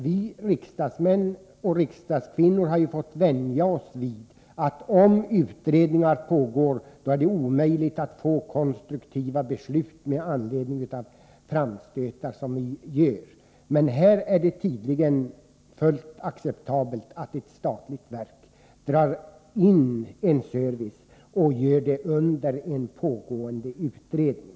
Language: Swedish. Vi riksdagsledamöter har fått vänja oss vid att det, om utredningar pågår, är omöjligt att få till stånd konstruktiva beslut med anledning av framstötar som vi gör. Men här är det tydligen full acceptabelt att ett statligt verk drar in en service under en pågående utredning.